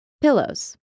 pillows